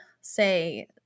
say